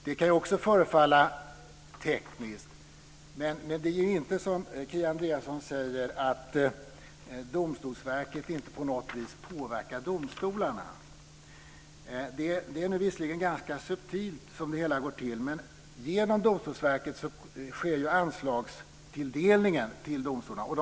Det kan också förefalla tekniskt, men det är inte som Kia Andreasson säger att Domstolsverket inte på något vis påverkar domstolarna. Det hela går visserligen ganska subtilt till, men genom Domstolsverket sker anslagstilldelningen till domstolarna.